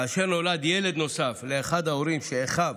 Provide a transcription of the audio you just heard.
כאשר נולד ילד נוסף לאחד ההורים, ואחיו